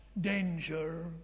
danger